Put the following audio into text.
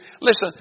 listen